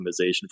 optimization